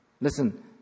listen